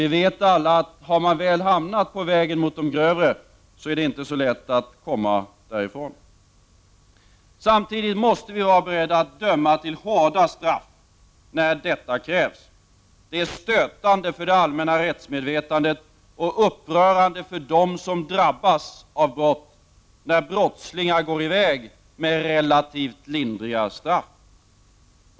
Vi vet alla att det inte är så lätt att komma därifrån om man väl har hamnat på vägen mot de grövre brotten. Vi måste samtidigt vara beredda att döma till hårda straff när detta krävs. Det är stötande för det allmänna rättsmedvetandet, och upprörande för dem som drabbas av brott, när brottslingar går i väg med relativt lindriga straff.